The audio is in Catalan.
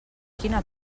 quina